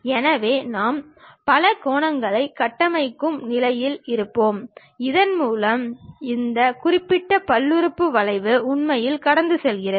எனவே நாம் பலகோணங்களைக் கட்டமைக்கும் நிலையில் இருப்போம் இதன் மூலம் இந்த குறிப்பிட்ட பல்லுறுப்புறுப்பு வளைவு உண்மையில் கடந்து செல்கிறது